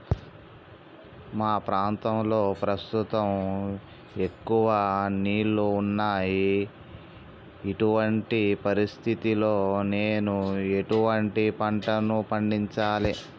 మా ప్రాంతంలో ప్రస్తుతం ఎక్కువ నీళ్లు ఉన్నాయి, ఇటువంటి పరిస్థితిలో నేను ఎటువంటి పంటలను పండించాలే?